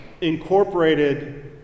incorporated